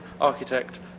architect